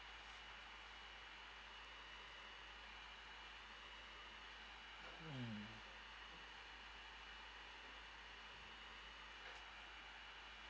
mm